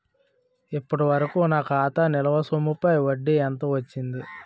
ఇప్పటి వరకూ నా ఖాతా నిల్వ సొమ్ముపై వడ్డీ ఎంత వచ్చింది?